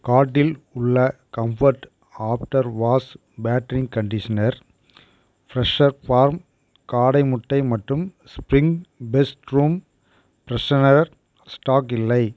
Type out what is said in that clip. கார்டில் உள்ள comfort after wash fabric conditioner Fresho farm காடை முட்டை மற்றும் spring best room freshener stock இல்லை